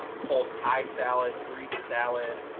um cold tai salad, greek salad,